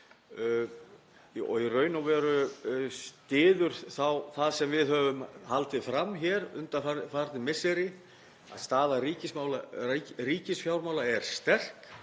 það í raun og veru styður það sem við höfum haldið fram hér undanfarin misseri, að staða ríkisfjármála er sterk